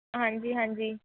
ਹਾਂਜੀ ਹਾਂਜੀ